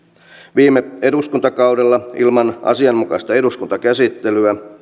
viime eduskuntakaudella ilman asianmukaista eduskuntakäsittelyä